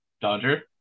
Dodger